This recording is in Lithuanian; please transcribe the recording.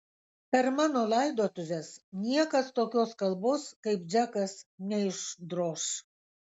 per mano laidotuves niekas tokios kalbos kaip džekas neišdroš